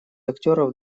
актеров